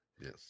Yes